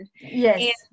Yes